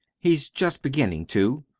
he's just beginnin' to.